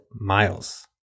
miles